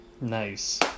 Nice